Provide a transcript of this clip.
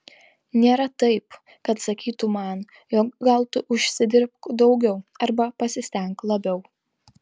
nėra taip kad sakytų man jog gal tu užsidirbk daugiau arba pasistenk labiau